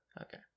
Okay